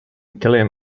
italian